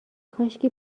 کاشکی